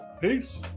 Peace